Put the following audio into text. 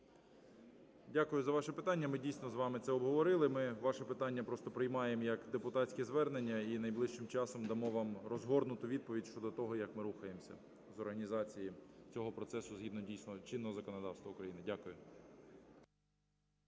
Дякую за ваше питання. Ми, дійсно, з вами це обговорили. Ми ваше питання просто приймаємо як депутатське звернення і найближчим часом дамо вам розгорнуту відповідь щодо того, як ми рухаємося з організації цього процесу згідно, дійсно, чинного законодавства України. Дякую.